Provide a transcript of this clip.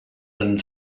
and